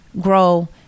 grow